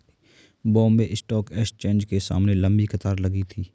Bombay stock exchange के सामने लंबी कतार लगी थी